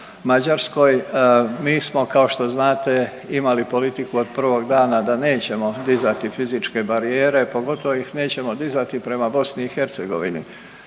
Mađarskoj. Mi smo kao što znate imali politiku od prvog dana da nećemo dizati fizičke barijere. Pogotovo ih nećemo dizati prema Bosni i Hercegovini